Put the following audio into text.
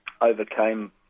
overcame